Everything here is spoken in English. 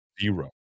Zero